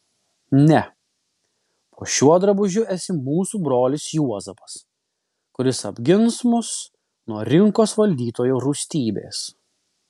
ne po šiuo drabužiu esi mūsų brolis juozapas kuris apgins mus nuo rinkos valdytojo rūstybės